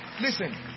listen